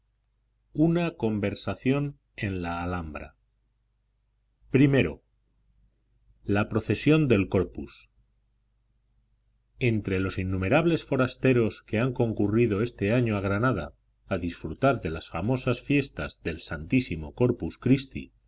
guardar las pepitas noviembre de i la procesión del corpus entre los innumerables forasteros que han concurrido este año a granada a disfrutar de las famosas fiestas del santísimo corpus christi